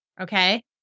okay